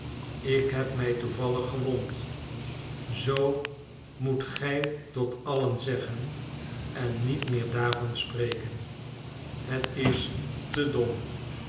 ik heb mij toevallig gewond zoo moet gij tot allen zeggen en niet meer daarvan spreken het is te dom